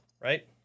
right